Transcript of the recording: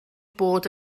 bod